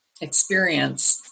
experience